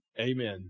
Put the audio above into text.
Amen